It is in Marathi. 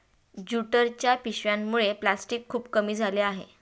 ज्यूटच्या पिशव्यांमुळे प्लॅस्टिक खूप कमी झाले आहे